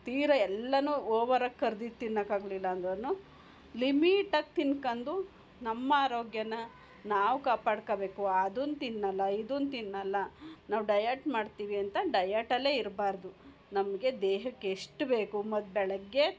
ತೀರ ಎಲ್ಲನೂ ಓವರಾಗಿ ಕರ್ದಿದ್ದು ತಿನ್ನೋಕ್ಕಾಗ್ಲಿಲ್ಲ ಅಂದ್ರೂ ಲಿಮಿಟಾಗಿ ತಿಂದ್ಕೊಂಡು ನಮ್ಮ ಆರೋಗ್ಯನ ನಾವುವ್ ಕಾಪಾಡ್ಕೊಳ್ಬೇಕು ಅದನ್ನು ತಿನ್ನೋಲ್ಲ ಇದನ್ನು ತಿನ್ನೋಲ್ಲ ನಾವು ಡಯಟ್ ಮಾಡ್ತೀವಿ ಅಂತ ಡಯಟಲ್ಲೆ ಇರಬಾರ್ದು ನಮಗೆ ದೇಹಕ್ಕೆ ಎಷ್ಟು ಬೇಕೋ ಮತ್ತು ಬೆಳಗ್ಗೆ